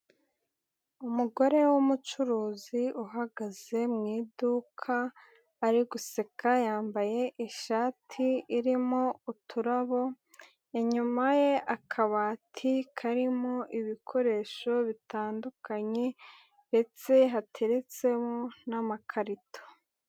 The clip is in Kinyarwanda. Umugore w'umucuruzi uhagaze mu iduka ari guseka. Yambaye ishati irimo uturabo. Inyuma ye akabati karimo ibikoresho bitandukanye ndetse hateretsemo n'amakarito.